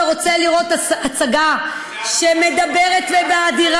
אתה רוצה לראות הצגה שמדברת, הסתה